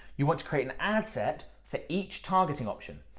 you want to create an ad set for each targeting option.